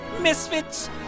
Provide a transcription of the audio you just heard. Misfits